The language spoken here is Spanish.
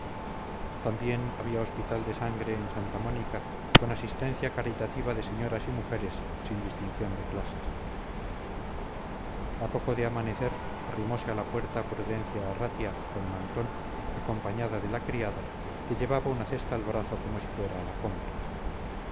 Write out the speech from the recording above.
también había hospital de sangre en santa mónica con asistencia caritativa de señoras y mujeres sin distinción de clases a poco de amanecer arrimose a la puerta prudencia arratia con mantón acompañada de la criada que llevaba una cesta al brazo como si fuera a la compra